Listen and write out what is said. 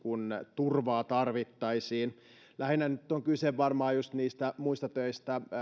turvaa tarvittaisiin lähinnä nyt on kyse varmaan just niistä muista töistä